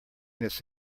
this